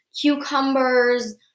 cucumbers